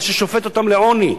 מה ששופט אותם לעוני.